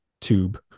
tube